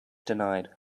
denied